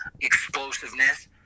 explosiveness